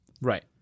Right